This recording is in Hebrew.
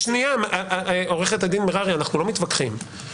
עו"ד מררי, אנחנו לא מתווכחים.